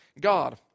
God